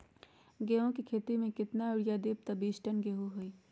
गेंहू क खेती म केतना यूरिया देब त बिस टन गेहूं होई?